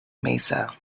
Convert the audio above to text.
mesa